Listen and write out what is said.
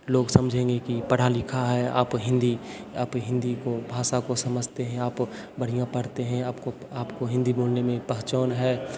लोग समझेंगे कि पढ़ा लिखा है आप हिंदी आप हिंदी को भाषा को समझते हैं आप बढ़िया पढ़ते हैं आपको आपको हिंदी बोलने में पहचान है